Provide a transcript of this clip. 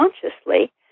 consciously